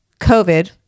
COVID